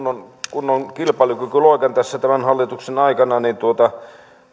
kunnon kilpailukykyloikan tässä tämän hallituksen aikana ja